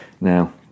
Now